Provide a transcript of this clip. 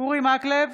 אורי מקלב,